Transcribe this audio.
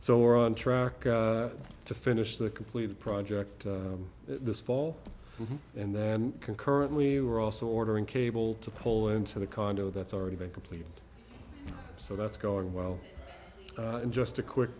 so we're on track to finish the completed project this fall and then concurrently we're also ordering cable to pull into the condo that's already been completed so that's going well and just a quick